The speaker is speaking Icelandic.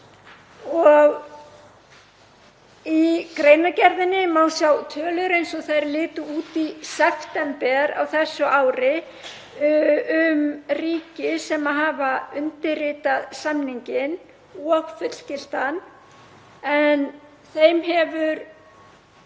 Í greinargerðinni má sjá tölur eins og þær litu út í september á þessu ári um ríki sem hafa undirritað samninginn og fullgilt hann. Þeim hefur